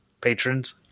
patrons